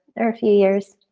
there are a few years.